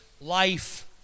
life